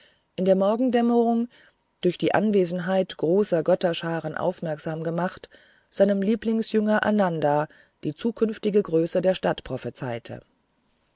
in der morgendämmerung durch die anwesenheit großer götterscharen aufmerksam gemacht seinem lieblingsjünger ananda die zukünftige größe der stadt prophezeite